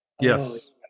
Yes